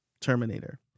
Terminator